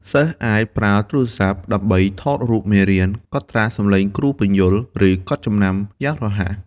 សិស្សអាចប្រើទូរស័ព្ទដើម្បី ថតរូបមេរៀន កត់ត្រាសំឡេងគ្រូពន្យល់ ឬកត់ចំណាំយ៉ាងរហ័ស។